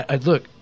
Look